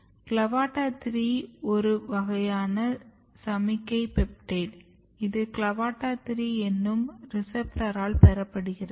CLAVATA 3 ஒரு வகையான சமிக்ஞை பெப்டைட் இது CLAVATA 3 என்னும் ரெசெப்டரால் பெறப்படுகிறது